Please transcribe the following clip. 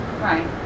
Right